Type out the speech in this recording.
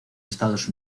estados